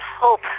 hope